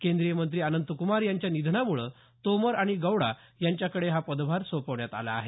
केंद्रीय मंत्री अनंतक्मार यांच्या निधनामुळे तोमर आणि गौडा यांच्याकडे हा पदभार सोपवण्यात आला आहे